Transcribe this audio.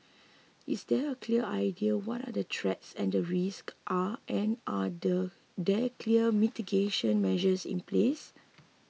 is there a clear idea what are the threats and risk are and are the there clear mitigation measures in place